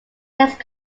next